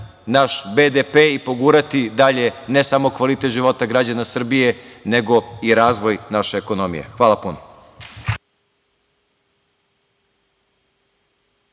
naš BDP i pogurati dalje, ne samo kvalitet života građana Srbije, nego i razvoj naše ekonomije. Hvala puno.